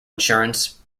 insurance